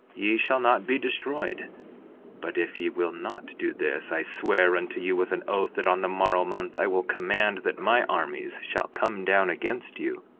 ye shall not be destroyed but if ye will not do this, i swear unto you with an oath, that on the morrow month i will command that my armies shall come down against you,